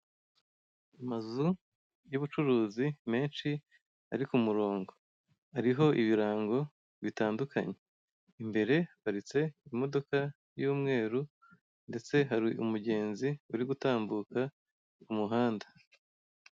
Amazu y'ubucuruzi menshi ari ku murongo, ariho ibirango bitandukanye, imbere haparitse imodoka y'umweru ndetse hari umugenzi uri gutambuka mu muhanda.